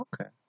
okay